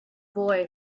boy